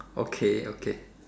okay okay